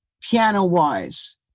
piano-wise